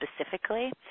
specifically